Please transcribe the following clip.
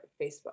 Facebook